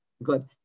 Good